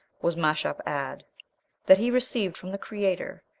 was mashab-ad that he received from the creator,